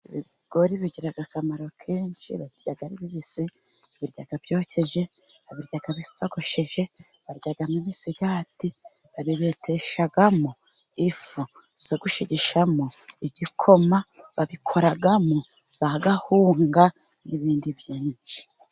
Ibigori bigira akamaro kenshi. Babirya ari bibise ,babirya byokeje, babirya bitogosheje ,babiryamo misigati. Babibeteshamo ifu zo gushigishamo igikoma. Babikoram kawunga n'ibindi byinshi.